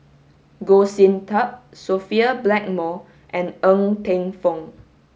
Goh Sin Tub Sophia Blackmore and Ng Teng Fong